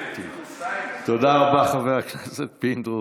תודה רבה, חבר הכנסת פינדרוס.